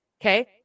Okay